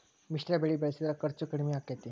ಮಿಶ್ರ ಬೆಳಿ ಬೆಳಿಸಿದ್ರ ಖರ್ಚು ಕಡಮಿ ಆಕ್ಕೆತಿ?